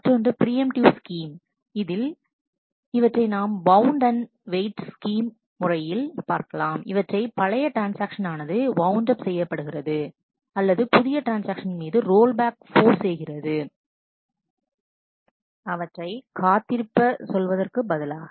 மற்றொன்று preemptive scheme இதில் இவற்றை நாம் வவ்வுண்ட் மற்றும் வெயிட் ஸ்கீம் இவற்றில் பழைய ட்ரான்ஸ்ஆக்ஷன் ஆனது வவ்வுண்ட்அப் செய்யப்படுகிறது அல்லது புதிய ட்ரான்ஸ்ஆக்ஷன் மீது ரோல் பேக்கை போர்ஸ் செய்கிறது அவற்றை காத்திருப்ப சொல்வதற்கு பதிலாக